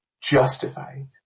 justified